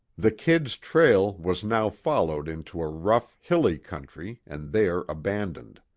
the kid's trail was now followed into a rough, hilly country and there abandoned.